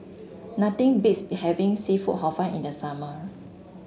nothing beats be having seafood Hor Fun in the summer